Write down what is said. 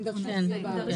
הם דרשו שיהיה בארץ.